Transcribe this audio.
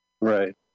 right